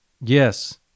Yes